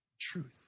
truth